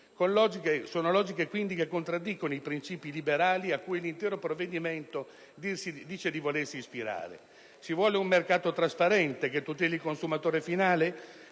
Sono logiche che contraddicono i principi liberali a cui l'intero provvedimento dice di volersi ispirare. Occorre un mercato trasparente che tuteli il consumatore finale?